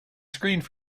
screened